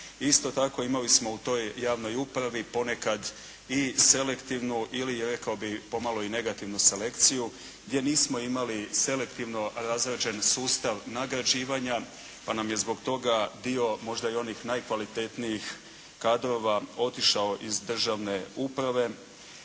Isto tako, imali smo u toj javnoj upravi ponekad i selektivnu ili, rekao bih pomalo i negativnu selekciju gdje nismo imali selektivno razrađen sustav nagrađivanja, pa nam je zbog toga dio, možda i onih najkvalitetnijih kadrova otišao iz državne uprave.